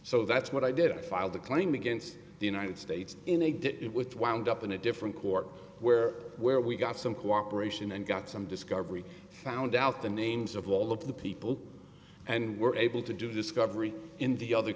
so that's what i did i filed a claim against the united states in a did it with wound up in a different court where where we got some cooperation and got some discovery found out the names of all of the people and were able to do discovery in the other